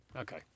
Okay